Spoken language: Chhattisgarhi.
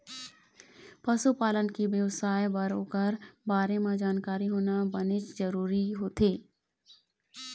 पशु पालन के बेवसाय बर ओखर बारे म जानकारी होना बनेच जरूरी होथे